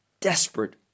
desperate